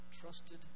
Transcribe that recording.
trusted